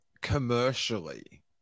commercially